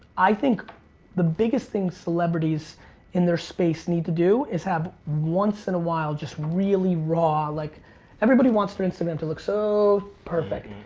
i think the biggest thing celebrities in their space need to do is have, once in a while, just really raw. like everybody wants their instagram to look so perfect.